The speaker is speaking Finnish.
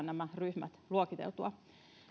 nämä ryhmät luokiteltua